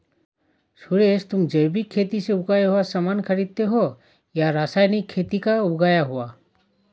सुरेश, तुम जैविक खेती से उगाया हुआ सामान खरीदते हो या रासायनिक खेती का उगाया हुआ?